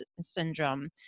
syndrome